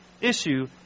issue